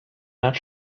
not